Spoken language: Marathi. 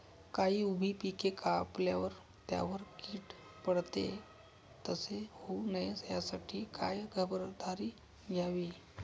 काही उभी पिके कापल्यावर त्यावर कीड पडते, तसे होऊ नये यासाठी काय खबरदारी घ्यावी?